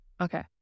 Okay